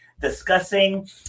discussing